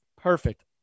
Perfect